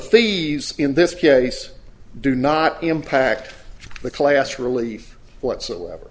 thieves in this case do not impact the class relief whatsoever